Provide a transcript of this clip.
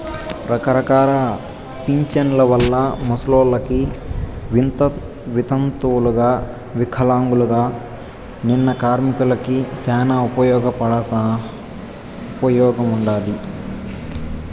రకరకాల పింఛన్ల వల్ల ముసలోళ్ళకి, వితంతువులకు వికలాంగులకు, నిన్న కార్మికులకి శానా ఉపయోగముండాది